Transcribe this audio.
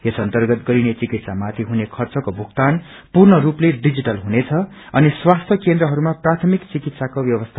यस अर्न्तगत गरिने विकित्यामाथि हुने खर्चको भुगतान पूर्ण रूपले डिजिटल हुनेछ अनि स्वास्थ्य केन्द्रहरूमा प्रायमिक चिकित्साको ब्यवस्था रहनेछ